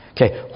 Okay